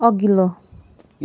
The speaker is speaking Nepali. अघिल्लो